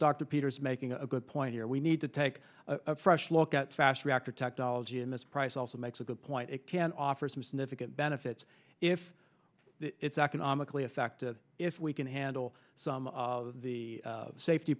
dr peters making a good point here we need to take a fresh look at fast reactor technology in this price also makes a good point it can offer some significant benefits if it's economically effective if we can handle some of the safety